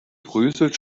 bröselt